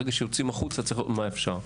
ברגע שיוצאים החוצה, צריך לראות מה אפשר.